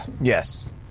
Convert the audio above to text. Yes